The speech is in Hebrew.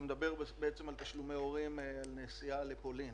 הנושא של תשלומי הורים לנסיעה לפולין.